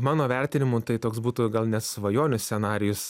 mano vertinimu tai toks būtų gal net svajonių scenarijus